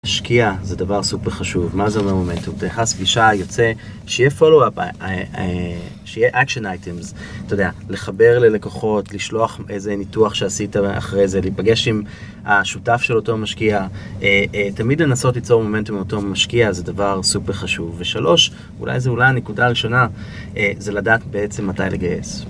משקיעה זה דבר סופר חשוב. מה זה אומר מומנטום? אתה נכנס לפגישה, יוצא, שיהיה follow-up, שיהיה action items. אתה יודע, לחבר ללקוחות, לשלוח איזה ניתוח שעשית אחרי זה, להיפגש עם השותף של אותו המשקיע. תמיד לנסות ליצור מומנטום מאותו משקיע זה דבר סופר חשוב. ושלוש, אולי זה אולי הנקודה הראשונה, זה לדעת בעצם מתי לגייס.